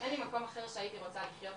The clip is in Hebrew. בכלל על הבחירה להקריא עדויות.